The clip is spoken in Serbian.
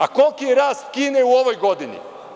A koliki je rast Kine u ovoj godini?